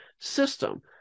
system